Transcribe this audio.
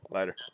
Later